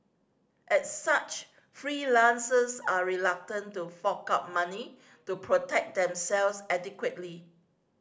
as such freelancers are reluctant to fork out money to protect themselves adequately